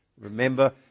Remember